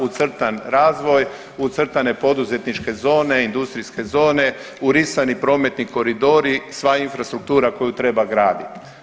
Ucrtan razvoj, ucrtane poduzetničke zone, industrijske zone, urisani prometni koridori, sva infrastruktura koju treba gradit.